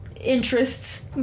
Interests